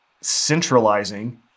centralizing